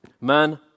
Man